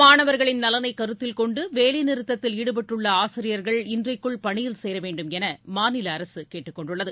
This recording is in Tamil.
மாணவர்களின் நலனைக் கருத்தில் கொண்டு வேலைநிறுத்தத்தில் ஈடுபட்டுள்ள ஆசிரியர்கள் இன்றைக்குள் பணியில் சேர வேண்டும் என மாநில அரசு கேட்டுக் கொண்டுள்ளது